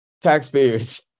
Taxpayers